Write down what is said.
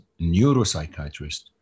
neuropsychiatrist